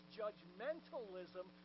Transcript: judgmentalism